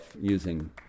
using